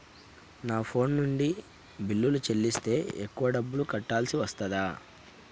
నా ఫోన్ నుండి బిల్లులు చెల్లిస్తే ఎక్కువ డబ్బులు కట్టాల్సి వస్తదా?